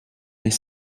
mais